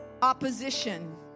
opposition